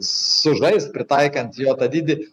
sužaist pritaikant jo dydį